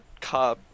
car